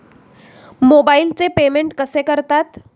मोबाइलचे पेमेंट कसे करतात?